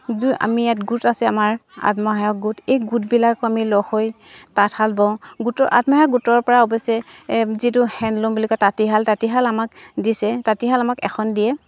দুই আমি ইয়াত গোট আছে আমাৰ আত্মসহায়ক গোট এই গোটবিলাকো আমি লৈ তাঁতশাল বওঁ গোটৰ আত্মসহায়ক গোটৰ পৰা অৱশ্যে যিটো হেণ্ডলুম বুলি কয় তাঁতিশাল তাঁতিশাল আমাক দিছে তাঁতিশাল আমাক এখন দিয়ে